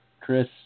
Chris